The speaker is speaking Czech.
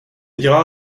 dělá